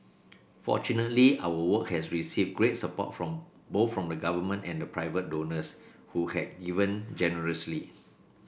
fortunately our work has received great support from both from the Government and the private donors who had given generously